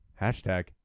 Hashtag